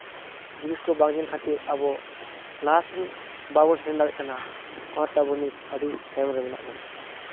ᱞᱟᱹᱛᱤᱭᱟᱱ ᱡᱤᱱᱤᱥ ᱠᱚ ᱵᱟᱝ ᱧᱮᱞ ᱠᱷᱟᱹᱛᱤᱨ ᱟᱵᱚ ᱞᱟᱦᱟᱸ ᱥᱮᱱ ᱵᱟᱵᱚᱱ ᱥᱮᱱ ᱫᱟᱲᱮᱜ ᱠᱟᱱᱟ ᱚᱱᱟᱛᱮ ᱟᱵᱚ ᱱᱤᱛ ᱟᱹᱰᱤ ᱛᱟᱭᱚᱢ ᱨᱮ ᱢᱮᱱᱟᱜ ᱵᱚᱱᱟ